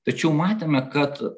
tačiau matėme kad